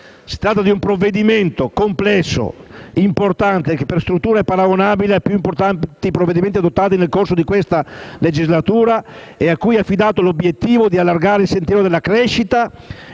si tratta di un provvedimento complesso, importante, che per struttura è paragonabile ai più importanti provvedimenti adottati nel corso di questa legislatura, e a cui è affidato l'obiettivo di allargare il sentiero della crescita